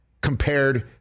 compared